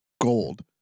gold